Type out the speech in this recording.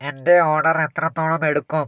എന്റെ ഓർഡർ എത്രത്തോളം എടുക്കും